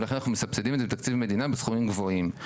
ולכן אנחנו מסבסדים את זה בתקציב מדינה בסכומים גבוהים.